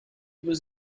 was